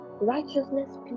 Righteousness